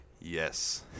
yes